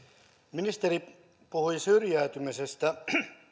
ministeri puhui syrjäytymisestä